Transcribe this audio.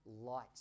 light